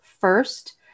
first